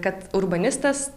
kad urbanistas